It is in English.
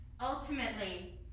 ultimately